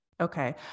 Okay